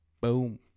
Boom